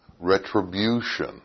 retribution